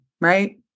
right